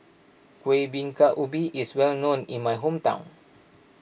Kuih Bingka Ubi is well known in my hometown